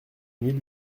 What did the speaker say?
mille